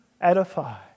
edify